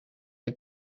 een